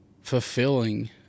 fulfilling